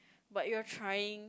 but you're trying